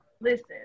Listen